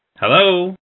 Hello